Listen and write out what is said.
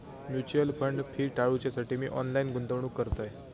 mutual fund fee टाळूच्यासाठी मी online गुंतवणूक करतय